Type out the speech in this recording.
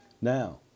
Now